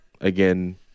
again